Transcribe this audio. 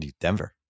Denver